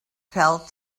felt